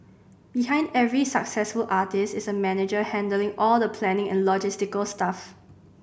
behind every successful artist is a manager handling all the planning and logistical stuff